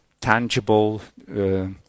tangible